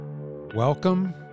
welcome